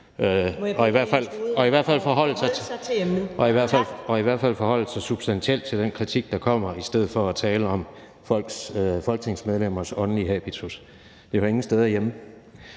må i hvert fald forholde sig substantielt til den kritik, der kommer, i stedet for at tale om folketingsmedlemmers åndelige habitus. Det hører ingen steder hjemme.